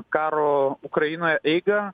karo ukrainoje eigą